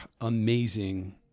amazing